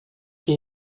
que